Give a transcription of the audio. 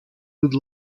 would